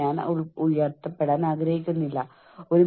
നമ്മളിൽ ചിലർ വളരെ വളരെ കഠിനാധ്വാനികളാണ്